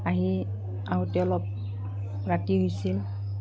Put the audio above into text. আহি আহোঁতে অলপ ৰাতি হৈছিল